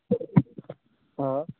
آ